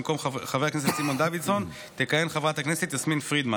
במקום חבר הכנסת סימון דוידסון תכהן חברת הכנסת יסמין פרידמן,